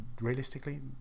realistically